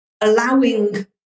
allowing